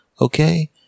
Okay